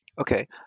okay